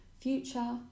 future